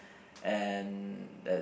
and there's